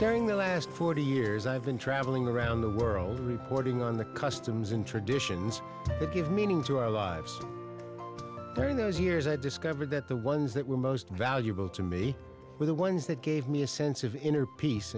during the last forty years i've been traveling around the world reporting on the customs and traditions that give meaning to our lives for those years i discovered that the ones that were most valuable to me were the ones that gave me a sense of inner peace